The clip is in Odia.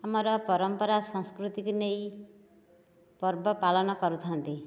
ଆମର ପରମ୍ପରା ସଂସ୍କୃତିକୁ ନେଇ ପର୍ବ ପାଳନ କରିଥାନ୍ତି